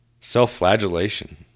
self-flagellation